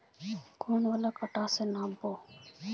कौन वाला कटा से नाप बो?